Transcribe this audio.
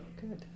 Good